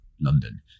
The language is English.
london